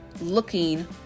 looking